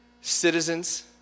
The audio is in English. citizens